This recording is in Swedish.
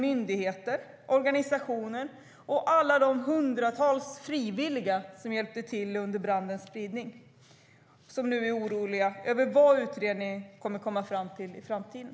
Myndigheter, organisationer och alla de hundratals frivilliga som hjälpte till under brandens spridning är oroliga över vad utredningen kommer att komma fram till för framtiden.